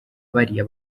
bariya